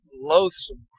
loathsome